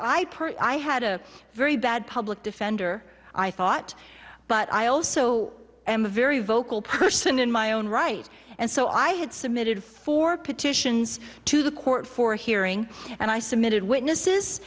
purge i had a very bad public defender i thought but i also am a very vocal person in my own right and so i had submitted for petitions to the court for hearing and i submitted witnesses